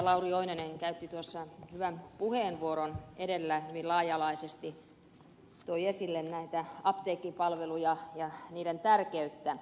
lauri oinonen käytti tuossa hyvän puheenvuoron edellä hyvin laaja alaisesti toi esille näitä apteekkipalveluja ja niiden tärkeyttä